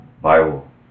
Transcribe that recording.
Bible